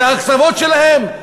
את ההקצבות שלהם,